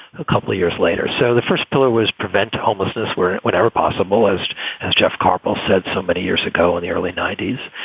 a couple of years later. so the first pillar was prevent homelessness where whenever possible. as as jeff karpel said somebody years ago in the early ninety s,